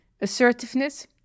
Assertiveness